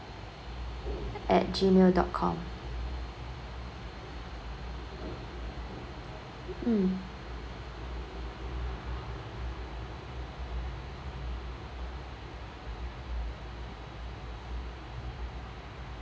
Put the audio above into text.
at gmail dot com mm